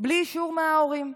בלי אישור מההורים.